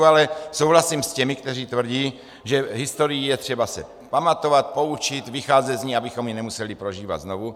Ale souhlasím s těmi, kteří tvrdí, že historii je třeba si pamatovat, poučit se, vycházet z ní, abychom ji nemuseli prožívat znovu.